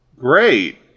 Great